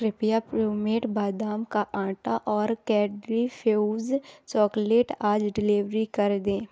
कृपया प्रूमेड बादाम का आँटा और कैडरी फ्यूज़ चॉकलेट आज डिलीवरी कर दें